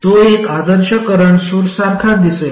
तो एक आदर्श करंट सोर्ससारखा दिसेल